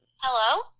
Hello